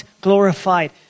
glorified